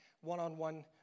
one-on-one